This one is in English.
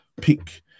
pick